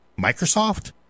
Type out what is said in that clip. Microsoft